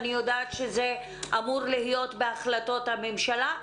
אני יודעת שזה אמור להיות בהחלטות הממשלה.